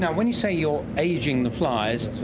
when you say you're ageing the flies,